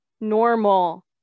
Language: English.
normal